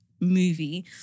movie